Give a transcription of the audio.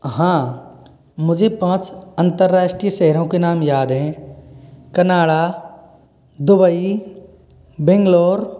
हाँ मुझे पाँच अन्तर्राष्ट्रीय शहरों के नाम याद है कनाडा दुबई बैंगलोर